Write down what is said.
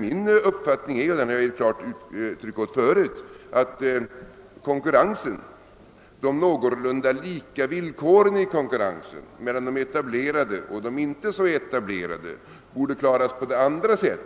Min uppfattning är — och den har jag givit klart uttryck åt tidigare — att någorlunda lika villkor i konkurrensen mellan de etablerade och de inte så väl etablerade borde åstadkommas på det andra sättet,